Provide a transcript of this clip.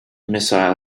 missile